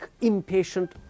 impatient